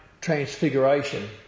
Transfiguration